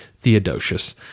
Theodosius